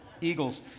Eagles